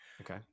Okay